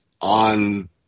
on